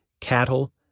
cattle